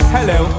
Hello